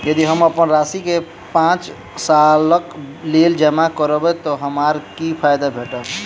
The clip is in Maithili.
यदि हम अप्पन राशि केँ पांच सालक लेल जमा करब तऽ हमरा की फायदा भेटत?